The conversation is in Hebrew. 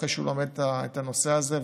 אחרי שהוא לומד את הנושא הזה,